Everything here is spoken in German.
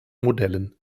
modellen